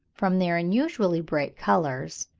from their unusually bright colours,